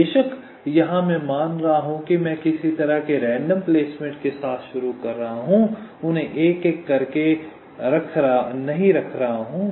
बेशक यहां मैं मान रहा हूं कि मैं किसी तरह के रैंडम प्लेसमेंट के साथ शुरू कर रहा हूं उन्हें एक एक करके नहीं रख रहा हूं